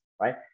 right